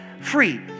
free